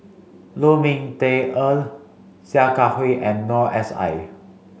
Lu Ming Teh Earl Sia Kah Hui and Noor S I